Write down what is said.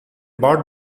bought